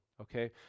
okay